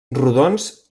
rodons